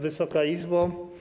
Wysoka Izbo!